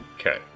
Okay